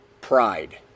pride